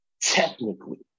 technically